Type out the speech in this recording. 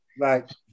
Right